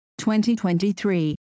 2023